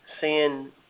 seeing